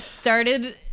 started